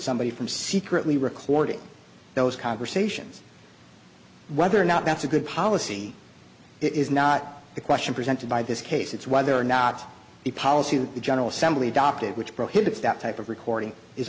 somebody from secretly recording those conversations whether or not that's a good policy is not the question presented by this case it's whether or not the policy that the general assembly adopted which prohibits that type of recording is